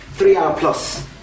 three-hour-plus